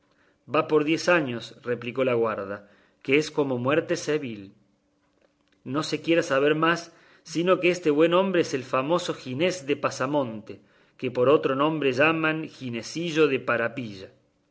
va por diez años replicó la guarda que es como muerte cevil no se quiera saber más sino que este buen hombre es el famoso ginés de pasamonte que por otro nombre llaman ginesillo de parapilla